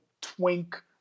twink